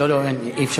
לא, לא, אי-אפשר.